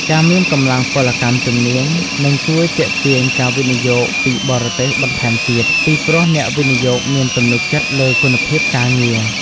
ការមានកម្លាំងពលកម្មជំនាញនឹងជួយទាក់ទាញការវិនិយោគពីបរទេសបន្ថែមទៀត ពីព្រោះអ្នកវិនិយោគមានទំនុកចិត្តលើគុណភាពការងារ។